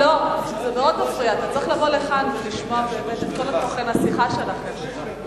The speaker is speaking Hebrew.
אתה צריך לבוא לכאן בשביל לשמוע באמת את כל תוכן השיחה שלכם.